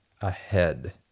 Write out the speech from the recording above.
ahead